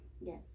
yes